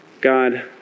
God